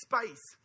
space